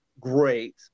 great